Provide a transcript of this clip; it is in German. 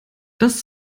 das